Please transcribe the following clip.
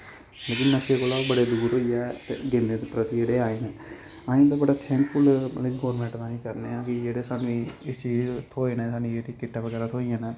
मतलब नशे कोला बड़े दूर होइयै जींदे अहें ते बड़ा थैंकफुल अपनी गौरमैंट ताईं करनें आं कि जेह्ड़े सानूं इस चीज थ्होए न जेह्ड़ियां किट्ट बगैरा थ्होइयां न